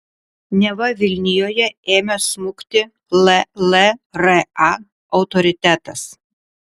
neva vilnijoje ėmęs smukti llra autoritetas